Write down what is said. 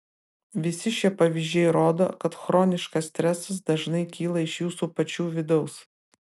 visi šie pavyzdžiai rodo kad chroniškas stresas dažnai kyla iš jūsų pačių vidaus